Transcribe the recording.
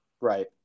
Right